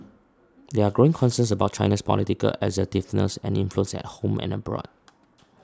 there are growing concerns about China's political assertiveness and influence at home and abroad